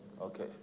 Okay